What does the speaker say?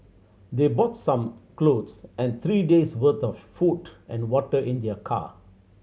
they brought some clothes and three days' worth of food and water in their car